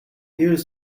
use